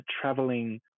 traveling